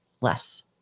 less